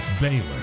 Baylor